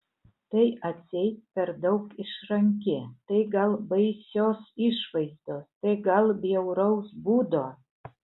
tai atseit per daug išranki tai gal baisios išvaizdos tai gal bjauraus būdo